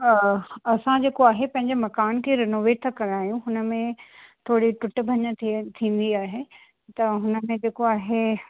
असां जेको आहे पंहिंजे मकान खे रिनोवेट था करायूं हुन में थोरी टुट भञ थ थींदी आहे त हुन में जेको आहे